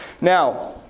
now